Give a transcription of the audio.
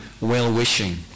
well-wishing